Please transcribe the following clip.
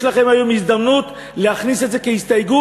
יש לכם היום הזדמנות להכניס את זה כהסתייגות,